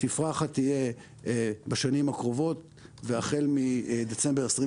התפרחת תהיה בשנים הקרובות והחל מדצמבר 2023